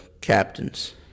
captains